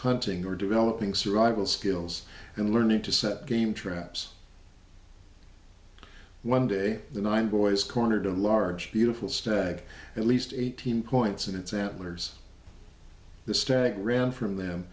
hunting or developing survival skills and learning to set game traps one day the nine boys cornered a large beautiful stag at least eighteen points in its antlers the stag ran from them